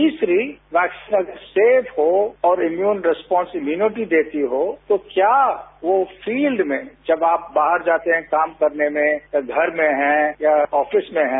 तीसरी vaccine safe हो और और इम्यून रैस्पॉस इम्यूनिटी देती हो तो क्या वो फील्ड में जब आप बाहर जाते हैं काम करने में या घर में हैं या ऑफिस में है